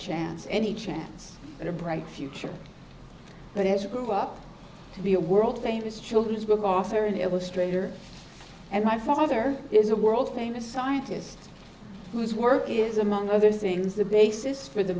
chance any chance at a bright future but has to be a world famous children's book author and illustrator and my father is a world famous scientist whose work is among other things the basis for the